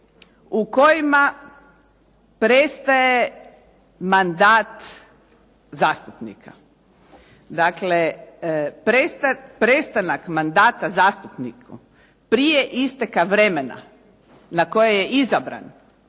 u kojima prestaje mandat zastupnika. Dakle, prestanak mandata zastupniku prije isteka vremena na koje je izabran